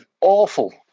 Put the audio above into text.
awful